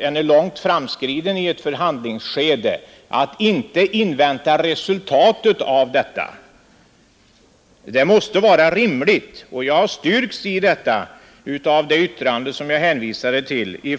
ett långt framskridet förhandlingsskede inte invänta resultatet av förhandlingarna, Det måste vara rimligt, och jag har styrkts i detta av det yttrande från LO som jag hänvisade till.